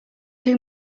too